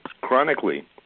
chronically